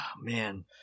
man